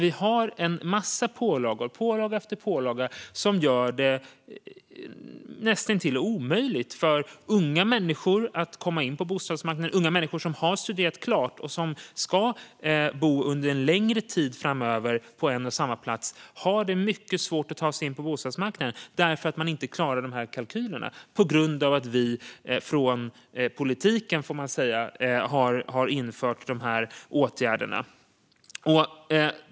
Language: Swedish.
Vi har alltså pålaga efter pålaga som gör det näst intill omöjligt för unga människor att komma in på bostadsmarknaden. Unga människor som har studerat klart och som ska bo en längre tid på en och samma plats har mycket svårt att ta sig in på bostadsmarknaden eftersom de inte klarar de här kalkylerna, och det är vi från politiken, får man säga, som har infört dessa åtgärder.